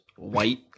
White